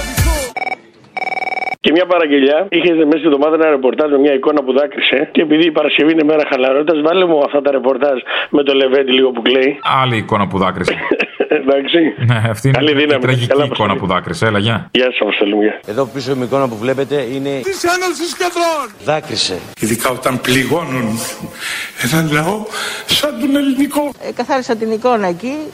Και μια παραγγελιά. Είχες μέσα στην εβδομάδα ένα ρεπορτάζ με μια εικόνα που δάκρυσε. Και επειδή η Παρασκευή είναι μέρα χαλαρότητας, βάλε μου αυτά τα ρεπορτάζ με το Λεβέντη λίγο που κλαίει. Άλλη εικόνα που δάκρυσε. Εντάξει. Ναι, αυτή είναι Καλή μια δύναμη. τραγική Καλά εικόνα αποστολή. που δάκρυσε. Έλα, γεια. Γεια σου, αποστολή μου, γεια. Εδώ πίσω η εικόνα που βλέπετε είναι- Της Ένωσης Κεντρών. Δάκρυσε. Ειδικά όταν πληγώνουν έναν λαό σαν τον ελληνικό. Ε, καθάρισα την εικόνα εκεί.